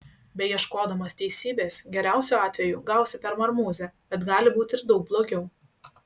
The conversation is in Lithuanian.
beieškodamas teisybės geriausiu atveju gausi per marmuzę bet gali būti ir daug blogiau